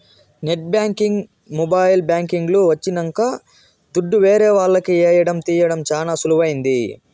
net banking mobile banking లు వచ్చినంక దుడ్డు ఏరే వాళ్లకి ఏయడం తీయడం చానా సులువైంది